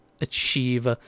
achieve